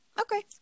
okay